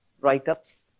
write-ups